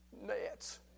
nets